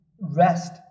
rest